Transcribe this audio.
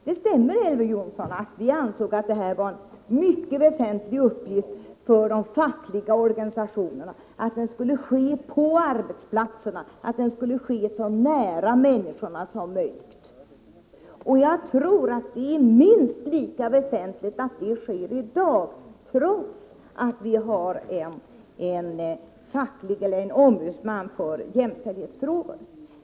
Det stämmer, Elver Jonsson, att vi ansåg att det här var en mycket viktig uppgift för de fackliga organisationerna. Det skulle ske på arbetsplatserna, så nära människorna som möjligt. Jag tror att det är minst lika väsentligt i dag, trots att det nu finns en ombudsman för jämställdhetsfrågor.